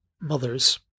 mothers